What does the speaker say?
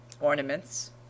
Ornaments